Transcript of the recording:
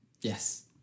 Yes